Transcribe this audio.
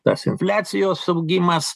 tas infliacijos augimas